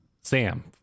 Sam